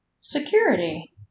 Security